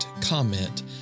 comment